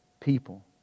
people